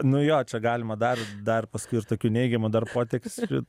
nu jo čia galima dar dar paskui ir tokių neigiamų dar poteksčių